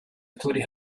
autori